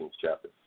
chapter